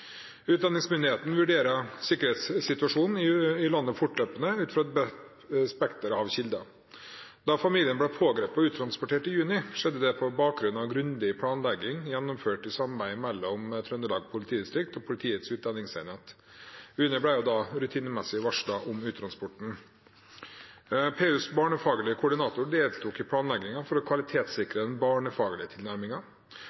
vurderer sikkerhetssituasjonen i landet fortløpende, ut fra et bredt spekter av kilder. Da familien ble pågrepet og uttransportert i juni, skjedde det på bakgrunn av grundig planlegging gjennomført i et samarbeid mellom Trøndelag politidistrikt og Politiets utlendingsenhet. UNE ble da rutinemessig varslet om uttransporten. PUs barnefaglige koordinator deltok i planleggingen for å